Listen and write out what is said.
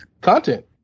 content